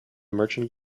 merchant